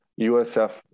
USF